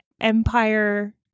Empire